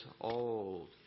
old